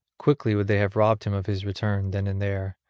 quickly would they have robbed him of his return then and there,